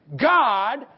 God